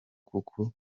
kuko